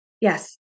Yes